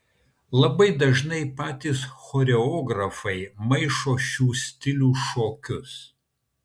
labai dažnai patys choreografai maišo šių stilių šokius